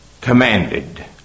commanded